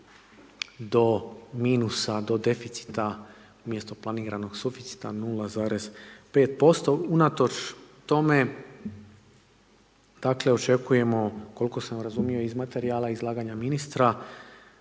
do minusa, do deficita, umjesto planiranog suficita 0,5% unatoč tome dakle očekujemo koliko sam razumio iz materijala iz izlaganja ministra,